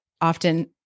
often